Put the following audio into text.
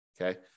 okay